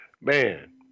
man